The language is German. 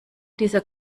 dieser